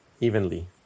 evenly